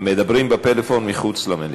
מדברים בפלאפון מחוץ למליאה.